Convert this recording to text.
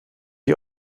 die